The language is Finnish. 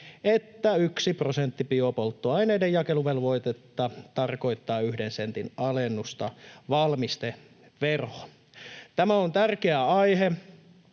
prosentti biopolttoaineiden jakeluvelvoitetta tarkoittaa yhden sentin alennusta valmisteveroon. Tämä on tärkeä aihe.